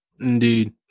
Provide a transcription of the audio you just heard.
Indeed